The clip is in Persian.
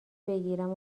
بگیرم